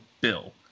Bill